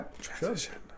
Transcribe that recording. Transition